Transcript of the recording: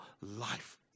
life